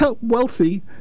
wealthy